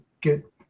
get